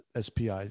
SPI